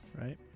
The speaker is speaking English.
right